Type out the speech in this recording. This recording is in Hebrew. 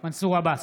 מנסור עבאס,